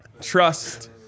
trust